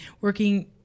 working